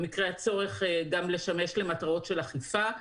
במקרה הצורך גם לשמש למטרות של אכיפה,